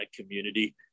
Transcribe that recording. community